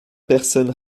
personne